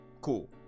cool